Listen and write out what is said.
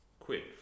quit